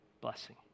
blessing